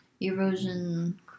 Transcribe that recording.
erosion